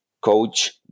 Coach